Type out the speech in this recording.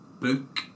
book